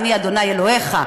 אני ה' אלוהיך.